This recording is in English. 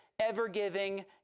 ever-giving